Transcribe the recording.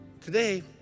Today